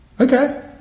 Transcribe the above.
Okay